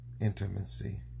intimacy